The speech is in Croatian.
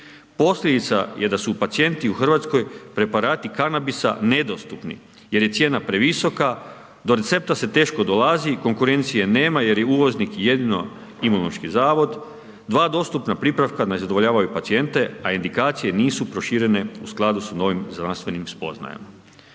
Posljedica je da su pacijentima u Hrvatskoj preparati kanabisa nedostupni jer je cijena previsoka, do recepta se teško dolazi, konkurencije nema jer je uvoznik jedino Imunološki zavod, dva dostupna pripravka ne zadovoljavaju pacijente a indikacije nisu proširene u skladu sa novim znanstvenim spoznajama.